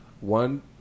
one